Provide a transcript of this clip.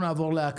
יש